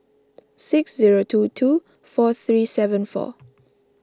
six zero two two four three seven four